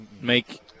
make